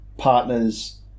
Partners